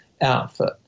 outfit